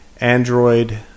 Android